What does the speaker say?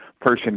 person